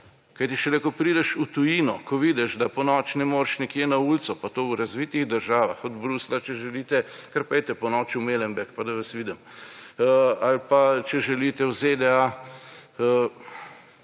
Kajti, šele ko prideš v tujino, ko vidiš, da ponoči ne moreš nekje ne ulico, pa to v razvitih državah – od Bruslja, če želite. Kar pojdite ponoči v Molembeek, pa da vas vidim! Ali pa če želite v ZDA.